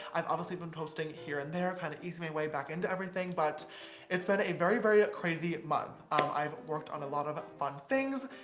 i've obviously been posting here and there, kind of easing my way back into everything, but it's been a very, very crazy month. i've worked on a lot of fun things.